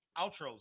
Outros